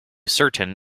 certain